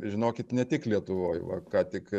žinokit ne tik lietuvoj va ką tik